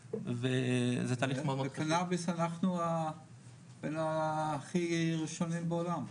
בקנביס אנחנו בין הכי שונים בעולם.